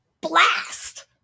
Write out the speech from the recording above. blast